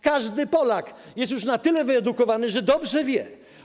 Każdy Polak jest już na tyle wyedukowany, że dobrze to wie.